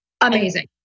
amazing